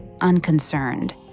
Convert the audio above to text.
unconcerned